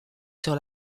sur